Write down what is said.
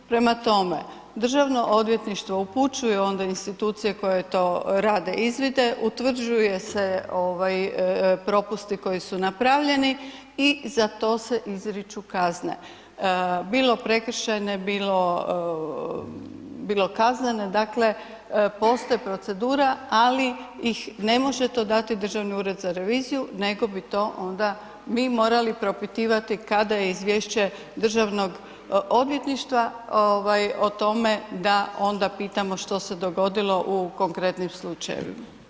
Prema tome, državno odvjetništvo upućuje onda institucije koje to rade izvide, utvrđuju se propusti koji su napravljeni i za to se izriču kazne, bilo prekršajne, bilo kaznene, dakle postoji procedura ali ih ne može to dati Državni ured za reviziju nego bi to onda mi morali propitivati kada je izvješće državnog odvjetništva o tome da onda pitamo što se dogodilo u konkretnim slučajevima.